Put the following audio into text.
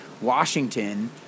Washington